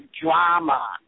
drama